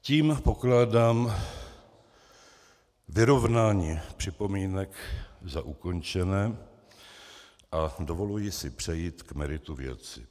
Tím pokládám vyrovnání připomínek za ukončené a dovoluji si přejít k meritu věci.